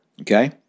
Okay